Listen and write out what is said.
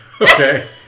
Okay